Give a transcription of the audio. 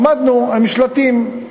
עמדנו עם שלטים.